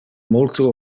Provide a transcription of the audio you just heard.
multo